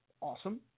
Awesome